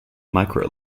micro